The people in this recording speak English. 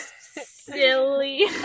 silly